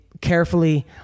carefully